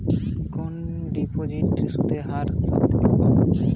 কোন ডিপোজিটে সুদের হার সবথেকে কম?